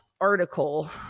article